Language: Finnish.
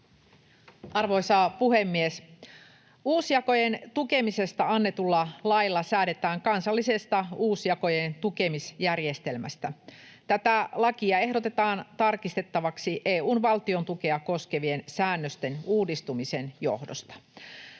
Arvoisa puhemies! Uusjakojen tukemisesta annetulla lailla säädetään kansallisesta uusjakojen tukemisjärjestelmästä. Tätä lakia ehdotetaan tarkistettavaksi EU:n valtiontukea koskevien säännösten uudistumisen johdosta.